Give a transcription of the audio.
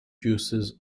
juices